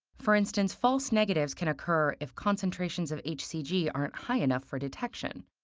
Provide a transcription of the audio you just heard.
for instance, false negatives can occur if concentrations of hcg aren't high enough for detection.